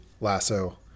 Lasso